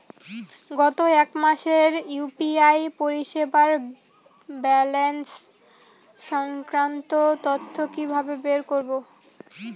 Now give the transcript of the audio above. গত এক মাসের ইউ.পি.আই পরিষেবার ব্যালান্স সংক্রান্ত তথ্য কি কিভাবে বের করব?